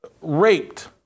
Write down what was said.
raped